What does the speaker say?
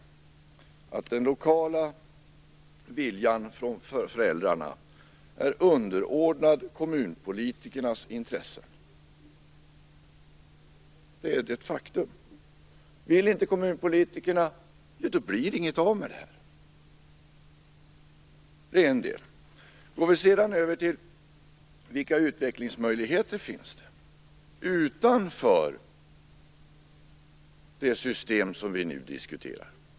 Den lokala viljan från föräldrarna är underordnad kommunpolitikernas intressen. Det är ett faktum. Vill inte kommunpolitikerna, då blir det inget av med det här. Det är det ena. Vilka utvecklingsmöjligheter finns det utanför det system som vi nu diskuterar?